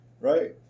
right